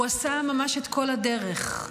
הוא עשה ממש את כל הדרך,